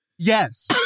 Yes